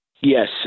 yes